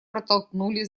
протолкнули